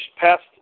past